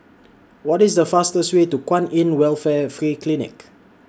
What IS The fastest Way to Kwan in Welfare Free Clinic